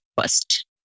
first